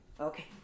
Okay